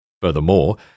Furthermore